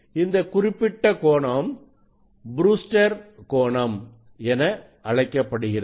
அந்த குறிப்பிட்ட கோணம் ப்ரூஸ்டர் கோணம்Brewster's angle என அழைக்கப்படுகிறது